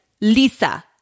Lisa